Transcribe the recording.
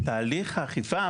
תהליך האכיפה,